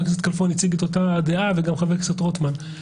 הכנסת כלפון הציג את אותה דעה וגם חבר הכנסת רוטמן.